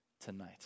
tonight